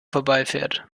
vorbeifährt